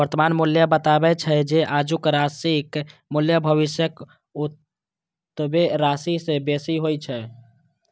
वर्तमान मूल्य बतबै छै, जे आजुक राशिक मूल्य भविष्यक ओतबे राशि सं बेसी होइ छै